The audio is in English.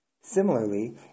Similarly